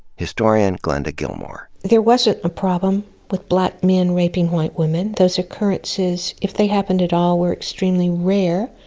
historian glenda gilmore. there wasn't a problem with black men raping white women. those occurrences if they happened at all were extremely rare.